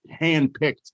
handpicked